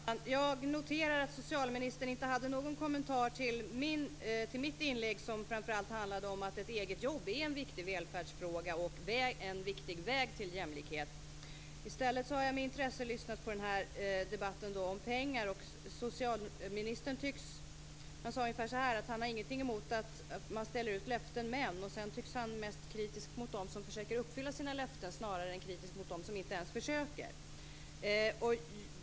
Fru talman! Jag noterade att socialministern inte hade någon kommentar till mitt inlägg som framför allt handlade om att ett eget jobb är en viktig välfärdsfråga och en viktig väg till jämlikhet. I stället har jag med intresse lyssnat på den här debatten om pengar. Socialministern sade ungefär att han inte har något emot att man ställer ut löften, men sedan tycks han vara mest kritisk mot dem som försöker uppfylla sina löften snarare än mot dem som inte ens försöker.